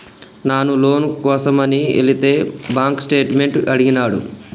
నాను లోను కోసమని ఎలితే బాంక్ స్టేట్మెంట్ అడిగినాడు